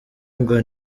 ngo